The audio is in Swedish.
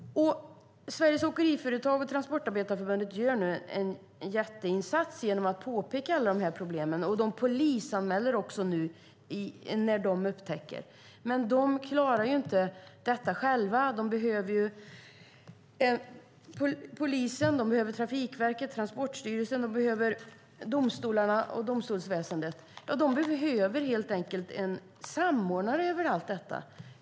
Sveriges Åkeriföretag och Transportarbetareförbundet gör nu en jätteinsats genom att peka på alla de här problemen. De polisanmäler också när de upptäcker vad som förekommer. Men de klarar inte detta själva utan behöver hjälp från polisen, Trafikverket, Transportstyrelsen, domstolarna och domstolsväsendet. De behöver helt enkelt en samordnare av allt detta.